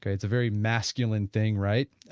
ah it's a very masculine thing, right?